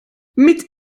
mit